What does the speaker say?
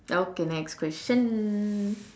okay next question